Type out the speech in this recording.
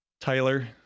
Tyler